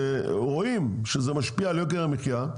שרואים שזה משפיע על יוקר המחיה,